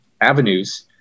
avenues